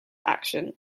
action